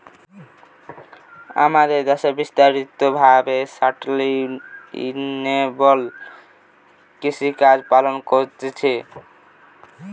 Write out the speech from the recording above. আমাদের দ্যাশে বিস্তারিত ভাবে সাস্টেইনেবল কৃষিকাজ পালন করতিছে